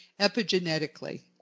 epigenetically